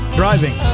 driving